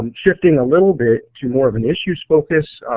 and shifting a little bit to more of an issues focus,